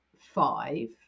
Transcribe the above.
five